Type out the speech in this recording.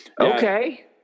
Okay